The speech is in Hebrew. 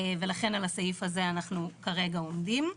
ולכן על הסעיף הזה אנחנו כרגע עומדים.